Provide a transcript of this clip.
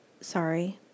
Sorry